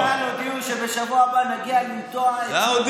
קק"ל הודיעו שבשבוע הבא נגיע לנטוע עצים,